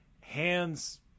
hands